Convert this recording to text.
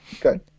good